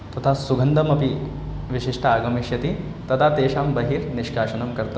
तथा सुगन्धमपि विशिष्टा आगमिष्यति तदा तेषां बहिः निशकासनं कर्तव्यम्